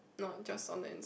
no just on the inside